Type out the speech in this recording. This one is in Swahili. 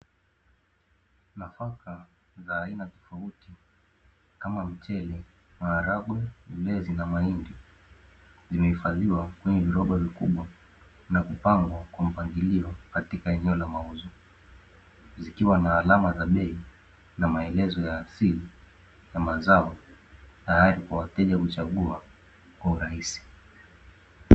Nafaka za aina tofauti kama: mchele, maharage, ulezi na mahindi. Zimehifadhiwa kwenye viroba vikubwa na kupangwa kwa mpangilio katika eneo la mauzo, zikiwa na alama za bei na maelezo ya asili kama zao; tayari kwa wateja kuja kuchagua kwa urahisi.